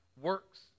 works